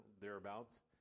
thereabouts